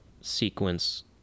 sequence